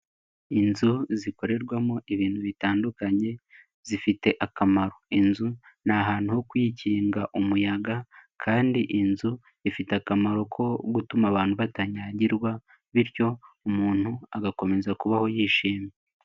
Inzu zikorerwamo ibintu bitandukanye, zifite akamaro. Inzu ni ahantu ho kwikinga umuyaga kandi inzu ifite akamaro ko gutuma abantu batanyagirwa bityo umuntu agakomeza kubaho yishimye.